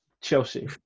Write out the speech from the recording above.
Chelsea